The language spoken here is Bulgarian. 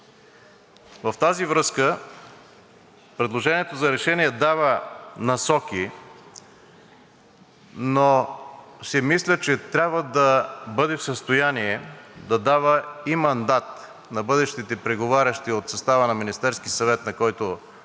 В тази връзка предложението за решение дава насоки, но си мисля, че трябва да бъде в състояние да дава и мандат на бъдещите преговарящи от състава на Министерския съвет, на който се